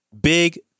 Big